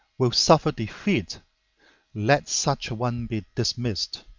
will suffer defeat let such a one be dismissed!